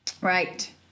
Right